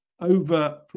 over